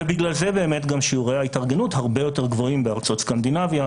ובגלל זה באמת גם שיעורי ההתארגנות הרבה יותר גבוהים בארצות סקנדינביה,